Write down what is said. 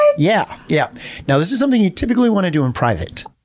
yeah yeah yeah now, this is something you'll typically want to do in private.